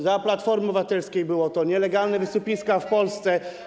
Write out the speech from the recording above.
Za Platformy Obywatelskiej były nielegalne wysypiska w Polsce.